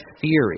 theory